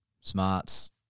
smarts